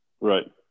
right